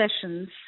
sessions